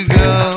go